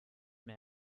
mehr